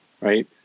right